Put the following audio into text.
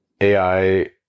AI